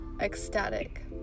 ecstatic